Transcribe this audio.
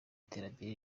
iterambere